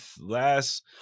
last